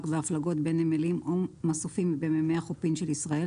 בהפלגות בין נמלים או מסופים במימי החופין של ישראל,